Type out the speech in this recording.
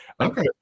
okay